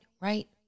right